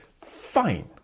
Fine